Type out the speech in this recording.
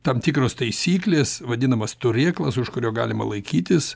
tam tikros taisyklės vadinamas turėklas už kurio galima laikytis